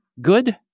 good